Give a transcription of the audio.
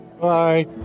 Bye